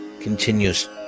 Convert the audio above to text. continues